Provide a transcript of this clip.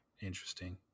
interesting